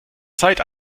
zeit